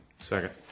Second